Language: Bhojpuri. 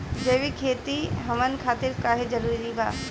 जैविक खेती हमन खातिर काहे जरूरी बा?